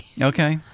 Okay